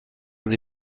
sich